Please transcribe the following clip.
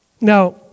Now